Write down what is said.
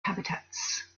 habitats